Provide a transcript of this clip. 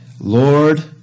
Lord